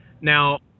Now